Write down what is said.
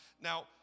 Now